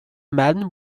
man